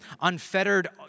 unfettered